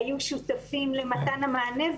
היו שותפים למתן המענה.